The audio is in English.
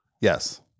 Yes